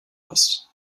hast